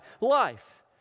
life